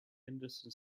henderson